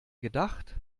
gedacht